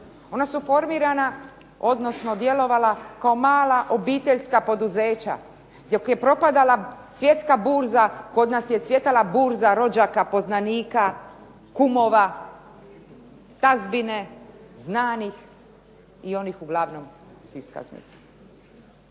Ona su formirana odnosno djelovala kao mala obiteljska poduzeća, dok je propadala svjetska burza, kod nas je cvjetala burza rođaka, poznanika, kumova, tazbine, znanih i onih uglavnom s iskaznicom.